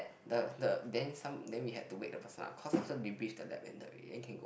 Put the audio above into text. the the then some then we had to wake the person up cause after debrief the lab ended already then can go